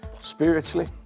spiritually